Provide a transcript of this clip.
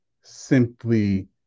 simply